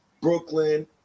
brooklyn